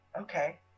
Okay